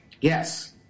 Yes